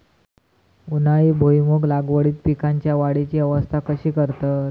उन्हाळी भुईमूग लागवडीत पीकांच्या वाढीची अवस्था कशी करतत?